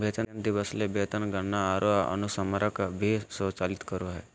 वेतन दिवस ले वेतन गणना आर अनुस्मारक भी स्वचालित करो हइ